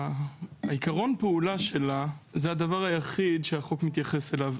עיקרון הפעולה של המערכת שמוצגת הוא הדבר היחיד שהחוק מתייחס אליו.